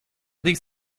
these